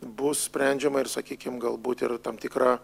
bus sprendžiama ir sakykim galbūt yra tam tikra